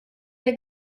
der